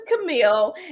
Camille